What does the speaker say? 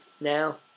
now